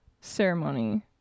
ceremony